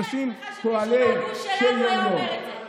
תאר לעצמך שמישהו מהגוש שלנו היה אומר את זה.